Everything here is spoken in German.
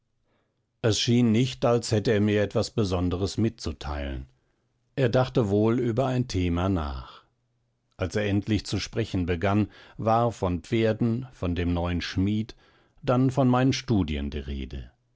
es schien nicht als hätte er mir etwas besonderes mitzuteilen er dachte wohl über ein thema nach als er endlich zu sprechen begann war von pferden von dem neuen schmied dann von meinen studien die rede